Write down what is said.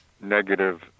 negative